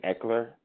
Eckler